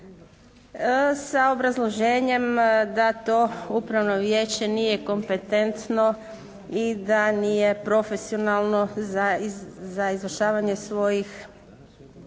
sa obrazloženjem da to Upravno vijeće nije kompetentno i da nije profesionalno za izvršavanje svojih,